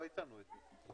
לא הצענו את זה.